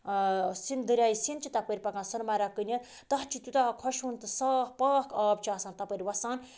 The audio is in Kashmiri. سِنٛدھ دٔریاے سِںٛدھ چھِ تَپٲرۍ پَکان سونہٕ مرگ کِنہِ تَتھ چھِ تیوٗتاہ خۄشوُن تہٕ صاف پاک آب چھِ آسان تَپٲرۍ وَسان